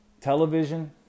television